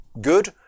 good